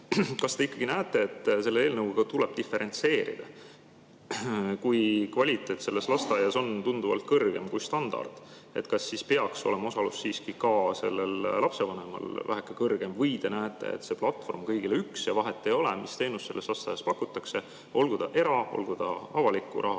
Kas te ikkagi näete selle eelnõuga ette, et tuleb diferentseerida? Kui kvaliteet lasteaias on tunduvalt kõrgem kui standard, kas siis peaks olema osalus siiski ka lapsevanemal väheke kõrgem? Või te näete, et see platvorm on kõigile üks ja vahet ei ole, mis teenust selles lasteaias pakutakse, olgu ta era[lasteaed] või avaliku raha